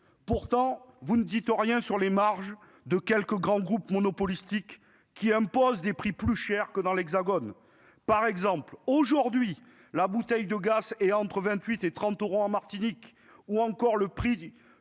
Pourtant, vous ne dites rien sur les marges de quelques grands groupes monopolistiques qui imposent des prix plus élevés que dans l'Hexagone. Ainsi, la bouteille de gaz coûte entre 28 et 30 euros en Martinique, et le prix